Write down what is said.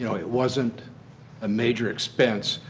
you know it wasn't a major expense.